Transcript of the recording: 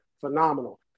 phenomenal